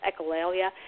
echolalia